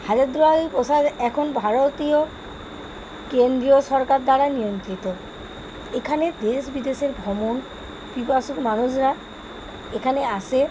হাজারদুয়ারি প্রাসাদ এখন ভারতীয় কেন্দ্রীয় সরকার দ্বারা নিয়ন্ত্রিত এখানে দেশ বিদেশের ভ্রমণপিপাসু মানুষরা এখানে আসে